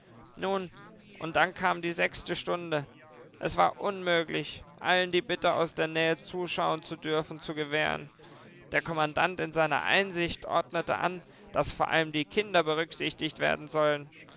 nun und dann kam die sechste stunde es war unmöglich allen die bitte aus der nähe zuschauen zu dürfen zu gewähren der kommandant in seiner einsicht ordnete an daß vor allem die kinder berücksichtigt werden sollten